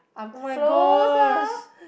[oh]-my-gosh